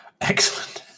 Excellent